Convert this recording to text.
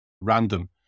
random